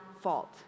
fault